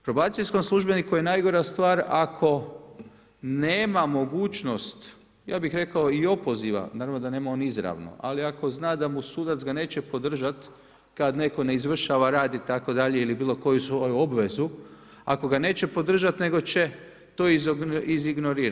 Probacijskom službeniku je najgora stvar ako nema mogućnost, ja bih rekao i opoziva, naravno da nema on izravno, ali ako zna da mu sudac ga neće podržat kad netko ne izvršava rad itd. ili bilo koju svoju obvezu, ako ga neće podržat, nego će to izignorirat.